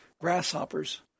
grasshoppers